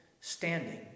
standing